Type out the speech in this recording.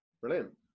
Brilliant